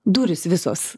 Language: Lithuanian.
durys visos